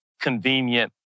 convenient